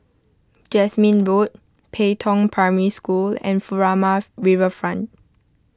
Jasmine Road Pei Tong Primary School and Furama Riverfront